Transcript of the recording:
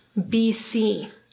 BC